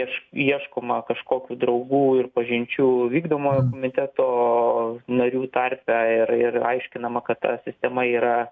ieš ieškoma kažkokių draugų ir pažinčių vykdomojo komiteto narių tarpe ir ir aiškinama kad ta sistema yra